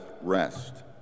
rest